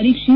ಪರೀಕ್ಷೆ